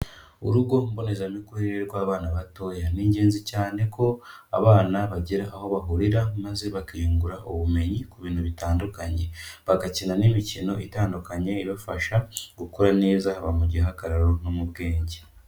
Urugo mbonezamikurire rw'abana batoya. Ni ingenzi cyane ko abana bagira aho bahurira maze bakiyungura ubumenyi ku bintu bitandukanye. Bagakina n'imikino itandukanye ibafasha gukura neza haba mu gihagararo no mu bwenge.